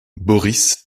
boris